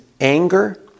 anger